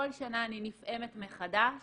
כל שנה אני נפעמת מחדש